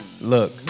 look